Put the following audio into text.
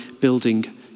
building